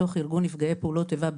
בתוך ארגון נפגעי פעולות איבה,